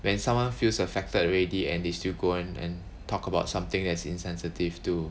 when someone feels affected already and they still go and talk about something as insensitive to